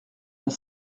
dans